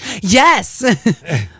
yes